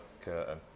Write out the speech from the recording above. curtain